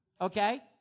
Okay